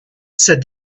said